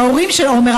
ההורים של עומר,